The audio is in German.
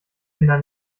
kinder